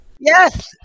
Yes